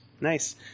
Nice